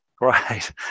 Right